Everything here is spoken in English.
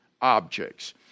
objects